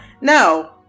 No